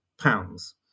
pounds